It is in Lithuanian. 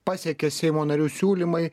pasiekė seimo narių siūlymai